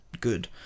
good